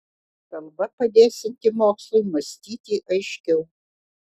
kalba padėsianti mokslui mąstyti aiškiau